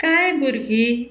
कांय भुरगीं